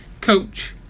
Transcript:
Coach